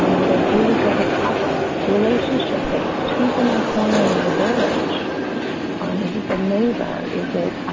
um are they really go the puzzles relationship based tools in my corner and my ability um is it the neighbor. is it,